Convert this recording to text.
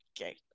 Okay